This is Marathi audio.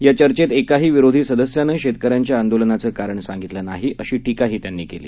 या चर्चेत एकाही विरोधी सदस्यांन शेतकऱ्यांच्या आंदोलनाचं कारण सांगितलं नाही अशी टीका त्यांनी केली